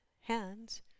hands